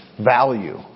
value